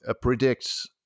predicts